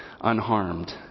unharmed